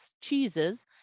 cheeses